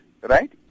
right